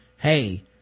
Hey